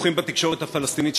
דיווחים בתקשורת הפלסטינית,